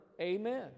Amen